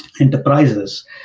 enterprises